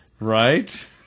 Right